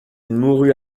mourut